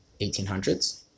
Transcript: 1800s